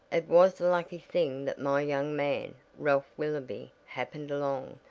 it was a lucky thing that my young man, ralph willoby, happened along,